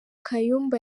kayumba